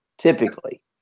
typically